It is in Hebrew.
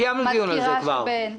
קיימנו על זה כבר דיון.